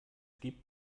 gibt